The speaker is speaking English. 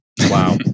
Wow